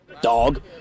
dog